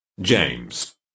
James